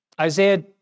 Isaiah